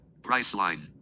Priceline